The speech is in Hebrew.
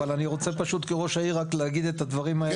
אבל אני רוצה פשוט כראש העיר רק להגיד את הדברים האלה.